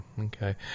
Okay